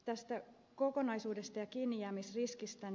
tästä kokonaisuudesta ja kiinnijäämisriskistä